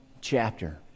chapter